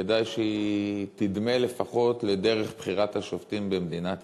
כדאי שהיא תדמה לפחות לדרך בחירת השופטים במדינת ישראל,